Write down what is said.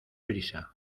prisa